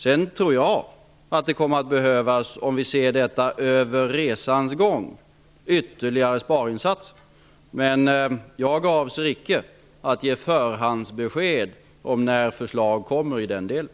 Jag tror att det under resans gång kommer att behövas ytterligare besparingsinsatser, men jag avser icke att ge förhandsbesked om när förslag kommer i den delen.